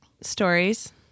stories